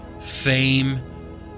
fame